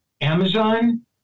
Amazon